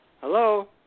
Hello